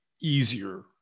easier